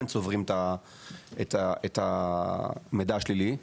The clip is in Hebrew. הם צוברים את המידע השלילי,